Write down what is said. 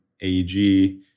AEG